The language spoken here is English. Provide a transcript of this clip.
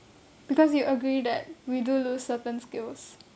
because you agree that we do lose certain skills